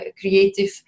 creative